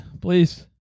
Please